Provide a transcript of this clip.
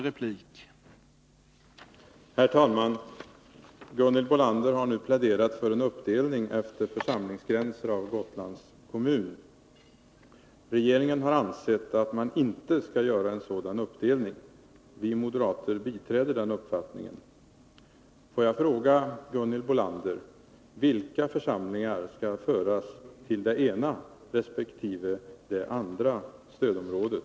Herr talman! Gunhild Bolander har nu pläderat för en uppdelning efter församlingsgränser i Gotlands kommun. Regeringen har ansett att man inte skall göra en sådan uppdelning. Vi moderater biträder denna uppfattning. Får jag fråga Gunhild Bolander: Vilka församlingar skall föras till det ena resp. det andra stödområdet?